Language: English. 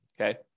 Okay